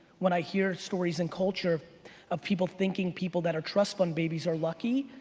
when i hear stories in culture of people thinking people that are trust fund babies are lucky,